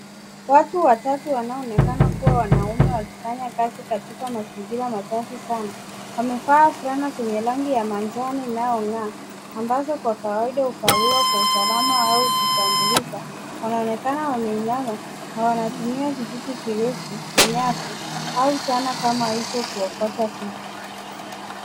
Watu watatu wanaoonekana kuwa wanaume wakifanya kazi katika mazingira machafu sana. Wamevaa fulana zenye rangi ya manjano inayo ng'aa ambazo kwa kawaida huvaliwa kwa usalama au kutambulika. Wanaonekana wameinama na wanatumia vijiti virefu na nyavu au zana kama hizo kuokota vitu.